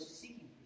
seeking